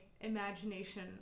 imagination